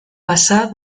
passà